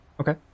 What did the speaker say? Okay